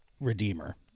Redeemer